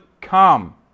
come